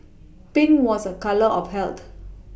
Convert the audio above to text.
Pink was a colour of health